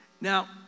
Now